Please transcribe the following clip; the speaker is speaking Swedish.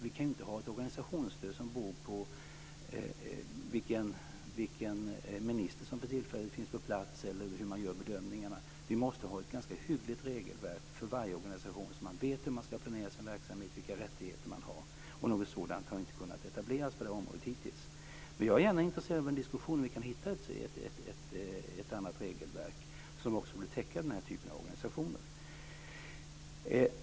Vi kan inte ha ett organisationsstöd som beror på vilken minister som för tillfället finns på plats eller hur man gör bedömningarna. Vi måste ha ett ganska hyggligt regelverk för varje organisation så att man vet hur man ska planera sin verksamhet och vilka rättigheter man har. Något sådant har hittills inte kunnat etableras på det här området. Jag är gärna intresserad av en diskussion för att se om vi kan hitta ett annat regelverk som också skulle täcka den här typen av organisationer.